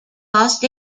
cost